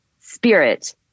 spirit